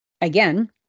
again